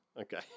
Okay